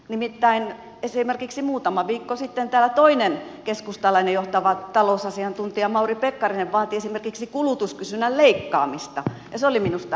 nimittäin esimerkiksi muutama viikko sitten täällä toinen keskustalainen johtava talousasiantuntija mauri pekkarinen vaati esimerkiksi kulutuskysynnän leikkaamista ja se oli minusta hämmästyttävää